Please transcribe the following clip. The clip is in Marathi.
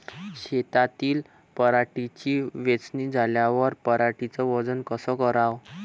शेतातील पराटीची वेचनी झाल्यावर पराटीचं वजन कस कराव?